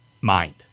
mind